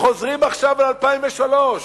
חוזרים עכשיו על 2003,